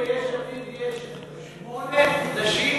ביש עתיד יש שמונה נשים,